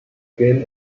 game